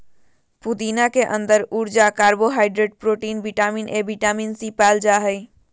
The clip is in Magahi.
पुदीना के अंदर ऊर्जा, carbohydrate, protein, vitamin A, vitamin C, पाल जा हइ